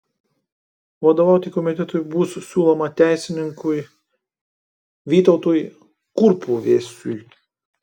vadovauti komitetui bus siūloma teisininkui vytautui kurpuvesui